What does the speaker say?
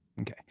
okay